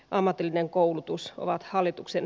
ammatillinen koulutus ovat hallituksen